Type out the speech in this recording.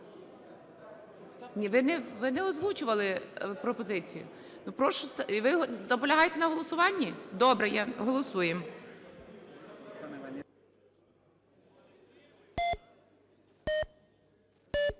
Ні, ви не озвучували пропозицію. Ви наполягаєте на голосуванні? Добре. Я... Голосуємо.